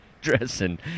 dressing